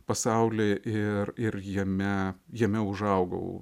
pasaulį ir ir jame jame užaugau